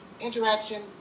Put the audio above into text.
interaction